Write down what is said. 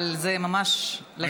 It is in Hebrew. אבל זה ממש לכאן מגיע.